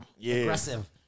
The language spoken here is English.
aggressive